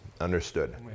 Understood